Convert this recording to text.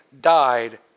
died